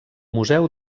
museu